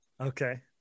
Okay